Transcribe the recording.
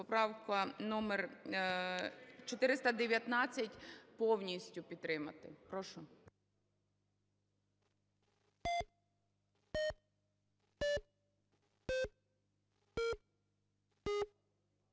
Поправка номер 419, повністю підтримати. Прошу.